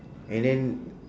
and then